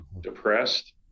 depressed